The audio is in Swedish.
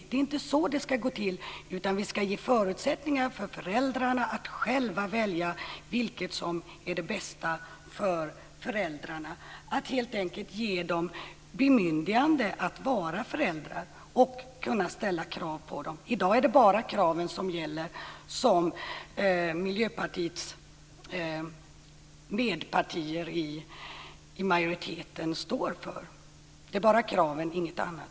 Det är inte så det ska gå till, utan vi ska ge förutsättningar för föräldrarna att själva välja det som är det bästa för föräldrarna. Vi ska helt enkelt ge dem bemyndigande att vara föräldrar och kunna ställa krav på dem. I dag gäller bara de krav som Miljöpartiets medpartier i majoriteten står för - bara kraven och ingenting annat.